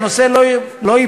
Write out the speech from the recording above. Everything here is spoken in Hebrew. שהנושא לא ייפול.